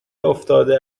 افتاده